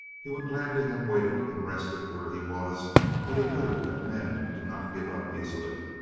he would gladly have waited and rested where he was but he knew that men do not give up easily.